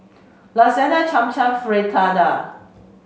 Lasagne Cham Cham Fritada